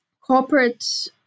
corporate